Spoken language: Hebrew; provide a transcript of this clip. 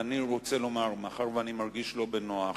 אני רוצה לומר שמאחר שאני מרגיש לא בנוח